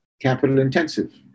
capital-intensive